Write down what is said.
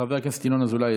חבר הכנסת ינון אזולאי,